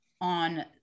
on